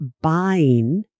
buying